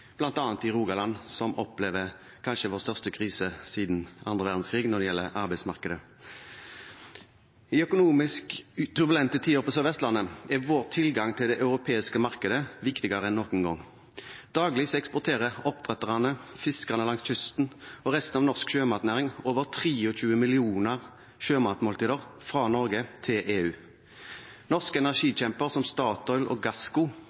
i Rogaland, som opplever kanskje vår største krise siden andre verdenskrig når det gjelder arbeidsmarkedet. I økonomisk turbulente tider på Sør-Vestlandet er vår tilgang til det europeiske markedet viktigere enn noen gang. Daglig eksporterer oppdretterne, fiskerne langs kysten og resten av norsk sjømatnæring over 23 millioner sjømatmåltider fra Norge til EU. Norske energikjemper som Statoil og Gassco